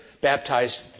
baptized